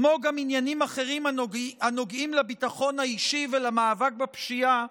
כמו גם עניינים אחרים הנוגעים לביטחון האישי ולמאבק בפשיעה,